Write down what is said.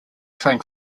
train